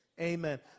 Amen